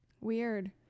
Weird